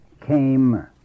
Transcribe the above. came